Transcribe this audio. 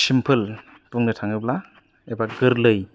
simple बुंनो थाङोब्ला एबा गोरलै